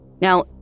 Now